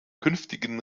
künftigen